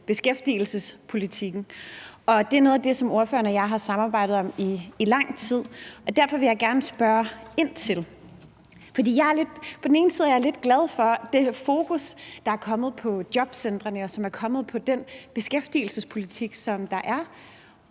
beskæftigelsespolitikken. Det er noget af det, som ordføreren og jeg har samarbejdet om i lang tid, og derfor vil jeg gerne spørge ind til det. For på den ene side er jeg lidt glad for det fokus, der er kommet på jobcentrene og på den beskæftigelsespolitik, der er.